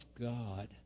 God